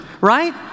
Right